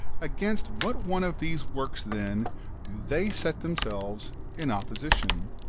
against what one of these works, then, do they set themselves in opposition?